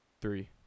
Three